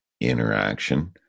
interaction